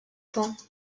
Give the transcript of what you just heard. temps